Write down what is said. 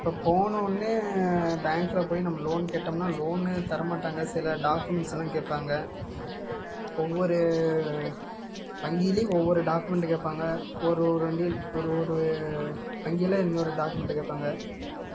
இப்போ போன ஒன்னே பேங்க்கில் போய் நம்ம லோனு கேட்டம்னா லோனு தரமாட்டாங்க சில டாக்குமெண்ட்ஸ்லாம் கேட்பாங்க ஒவ்வொரு வங்கிலையும் ஒவ்வொரு டாக்குமெண்ட்டு கேட்பாங்க ஒரு ஒரு வங்கி ஒரு ஒரு வங்கியில் இதுமாரி டாக்குமெண்ட்டு கேட்பாங்க